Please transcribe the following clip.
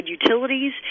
Utilities